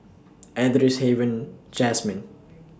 Edris Haven Jasmin